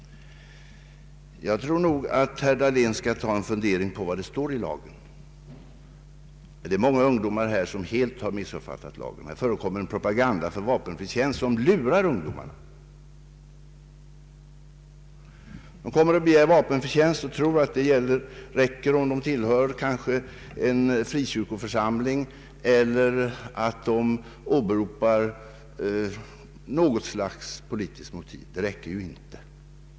Jag tror att herr Dahlén skall ta en funderare på vad det står i lagen. Det finns många ungdomar som helt har missuppfattat lagens innehåll. Det förekommer en propaganda för vapenfri tjänst som lurar ungdomarna. De begär vapenfri tjänst och tror att det är tillräckligt om de tillhör en frikyrkoförsamling eller har något slags politiskt motiv. Det räcker inte.